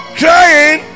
crying